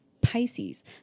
Pisces